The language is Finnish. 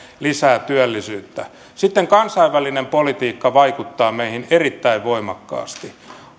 lisää työllisyyttä sitten kansainvälinen politiikka vaikuttaa meihin erittäin voimakkaasti